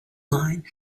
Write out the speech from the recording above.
mind